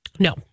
No